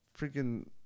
freaking